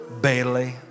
Bailey